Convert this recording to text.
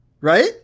Right